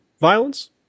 violence